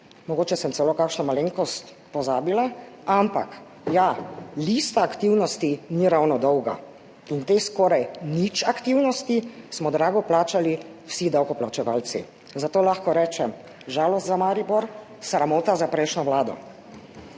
Mogoče sem celo kakšno malenkost pozabila. Ampak ja, lista aktivnosti ni ravno dolga in teh skoraj nič aktivnosti smo drago plačali vsi davkoplačevalci, zato lahko rečem, žalost za Maribor, sramota za prejšnjo vlado.